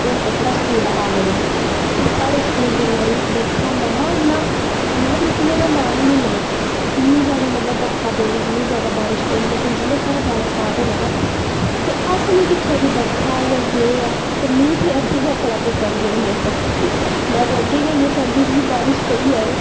हून एह्कड़ा स्कूल आन लगा ऐ ते साढ़े स्कूल दी बारी बरखा महां इयां मतलव रुकनें दा नाम गै नी ले इन्ना मतलव जादा बरखा पेई इन्नी मतलव जादा बारिश पेई ते जियां साढ़ा गाना स्टार्ट होया ना ते उसले नी दिक्खेआ कि बरखा ऐ जां केह् ऐ मीं ते अग्गैं गै बड़ा पसंद ऐ एह् मौसम में ते अग्गैं गै इयै चहांदी ही क् बारिश पेई जाए